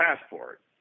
passport